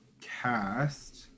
cast